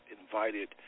invited